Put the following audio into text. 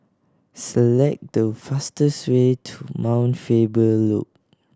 select the fastest way to Mount Faber Loop